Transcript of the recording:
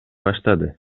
баштады